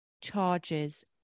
charges